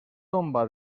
tomba